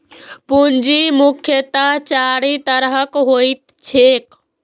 पूंजी मुख्यतः चारि तरहक होइत छैक